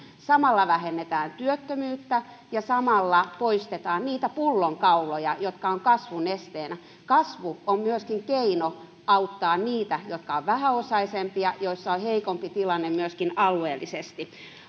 samalla vähennetään työttömyyttä ja samalla poistetaan niitä pullonkauloja jotka ovat kasvun esteenä myöskin kasvu on keino auttaa niitä jotka ovat vähäosaisempia joilla on heikompi tilanne myöskin alueellisesti